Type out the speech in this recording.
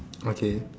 okay